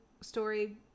story